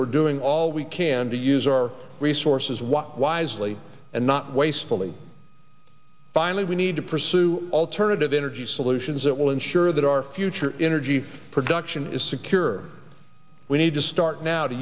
we're doing all we can to use our resources what wisely and not wastefully finally we need to pursue alternative energy solutions that will ensure that our future energy production is secure we need to start now to